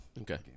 Okay